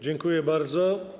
Dziękuję bardzo.